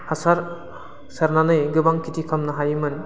हासार सारनानै गोबां खेथि खालामनो हायोमोन